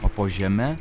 o po žeme